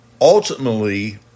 Ultimately